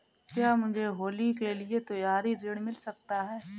क्या मुझे होली के लिए त्यौहारी ऋण मिल सकता है?